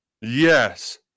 Yes